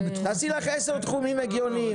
תקבעי שם עשרה תחומים הגיוניים.